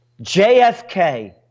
JFK